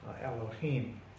Elohim